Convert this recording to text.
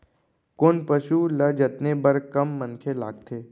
कोन पसु ल जतने बर कम मनखे लागथे?